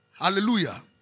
Hallelujah